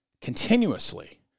continuously